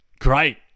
great